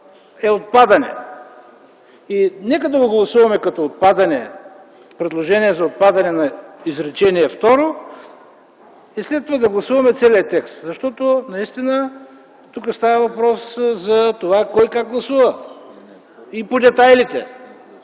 е отпадане и нека да го гласуваме като предложение за отпадане на изречение второ и след това да гласуваме целия текст. Защото наистина тук става въпрос за това кой как гласува и по детайлите.